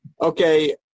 Okay